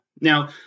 Now